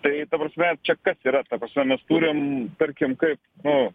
tai ta prasme čia kas yra ta prasme mes turim tarkim kaip nu